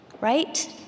right